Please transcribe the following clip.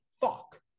fuck